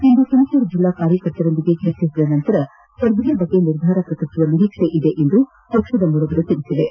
ಇಂದು ತುಮಕೂರು ಜಿಲ್ಲಾ ಕಾರ್ಯಕರ್ತರ ಜೊತೆ ಚರ್ಚಿಸಿದ ಬಳಿಕ ಸ್ಪರ್ಧೆ ಬಗ್ಗೆ ನಿರ್ಧಾರ ಪ್ರಕಟಿಸುವ ನಿರೀಕ್ಷೆ ಇದೆ ಎಂದು ಪಕ್ಷದ ಮೂಲಗಳು ತಿಳಿಸಿವೆ